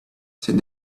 said